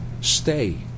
stay